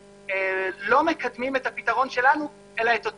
שלא מקדמים את הפתרון שלנו אלא את אותו